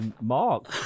Mark